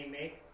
make